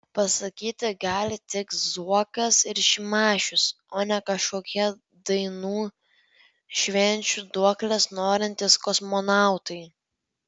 pasisakyti gali tik zuokas ir šimašius o ne kažkokie dainų švenčių duoklės norintys kosmonautai